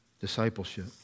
discipleship